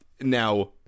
Now